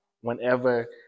whenever